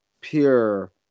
pure